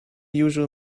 usual